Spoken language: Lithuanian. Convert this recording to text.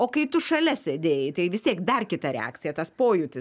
o kai tu šalia sėdėjai tai vis tiek dar kita reakcija tas pojūtis